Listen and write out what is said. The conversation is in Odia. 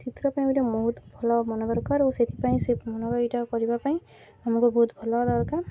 ଚିତ୍ର ପାଇଁ ଗୋଟା ବହୁତ ଭଲ ମନେ ଦରକାର ଆଉ ସେଥିପାଇଁ ସେ ମନର ଏଇଟା କରିବା ପାଇଁ ଆମକୁ ବହୁତ ଭଲ ଦରକାର